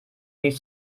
rief